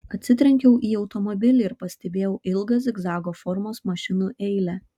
atsitrenkiau į automobilį ir pastebėjau ilgą zigzago formos mašinų eilę